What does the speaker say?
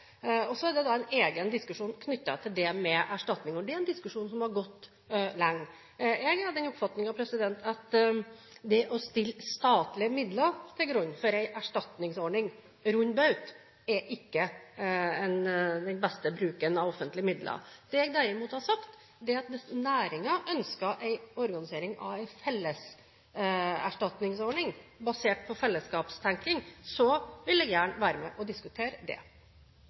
Så er det en egen diskusjon knyttet til det med erstatning. Det er en diskusjon som har gått lenge. Jeg er av den oppfatningen at det å legge statlige midler til grunn for en erstatningsordning rund baut ikke er den beste bruken av offentlige midler. Det jeg derimot har sagt, er at hvis næringen ønsker en organisering av en felles erstatningsordning, basert på fellesskapstenkning, vil jeg gjerne være med og diskutere det.